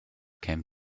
came